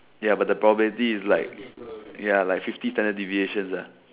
ya but the probability is like ya like fifty standard deviation